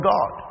God